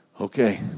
Okay